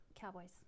Cowboys